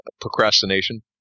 procrastination